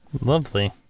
Lovely